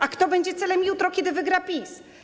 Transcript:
A kto będzie celem jutro, kiedy wygra PiS?